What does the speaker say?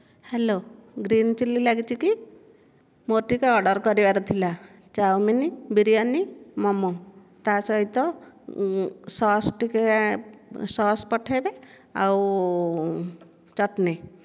hello Green Chilli ଲାଗିଛି କି ମୋର ଟିକିଏ ଅର୍ଡ଼ର କରିବାର ଥିଲା ଚାଉମିନ୍ ବିରିୟାନୀ ମୋମୋ ତା' ସହିତ ସସ୍ ଟିକିଏ ସସ୍ ପଠେଇବେ ଆଉ ଚଟଣି